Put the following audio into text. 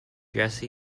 jesse